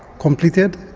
completed.